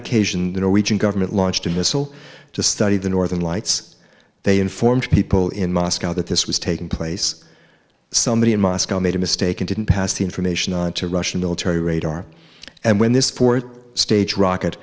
occasion the norwegian government launched a missile to study the northern lights they informed people in moscow that this was taking place somebody in moscow made a mistake and didn't pass the information on to russian military radar and when this fourth stage rocket